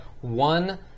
one